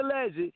alleged